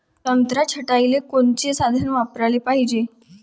संत्रा छटाईले कोनचे साधन वापराले पाहिजे?